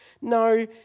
No